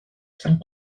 cinq